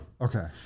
Okay